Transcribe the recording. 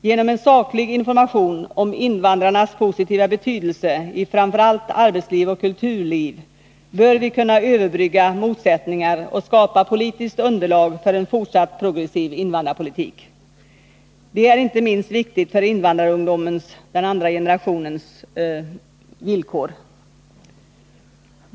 Genom saklig information om invandrarnas positiva betydelse i framför allt arbetsliv och kulturliv bör vi kunna överbrygga motsättningar och skapa politiskt underlag för en fortsatt progressiv invandrarpolitik. Detta är inte minst viktigt för invandrarungdomens och den andra generationen invandrares villkor.